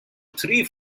three